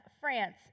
France